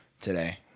today